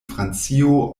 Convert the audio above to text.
francio